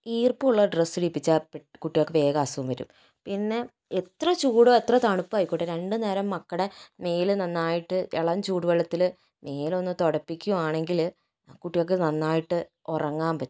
ഈർപ്പമുളള dress ഇടീപ്പിച്ചാൽ കുട്ടികൾക്ക് വേഗം അസുഖം വരും പിന്നെ എത്ര ചൂടോ എത്ര തണുപ്പോ ആയിക്കോട്ടെ രണ്ട് നേരം മക്കളുടെ മേല് നന്നായിട്ട് ഇളം ചൂട് വെള്ളത്തില് മേലൊന്ന് തുടപ്പിക്കുകയാണെങ്കില് ആ കുട്ടികൾക്ക് നന്നായിട്ട് ഉറങ്ങാൻ പറ്റും